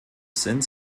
sind